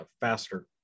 faster